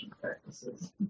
practices